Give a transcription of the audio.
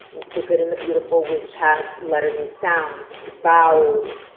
the good and the beautiful which has letters and sounds, vowels,